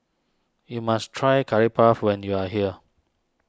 you must try Curry Puff when you are here